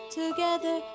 together